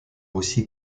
aussi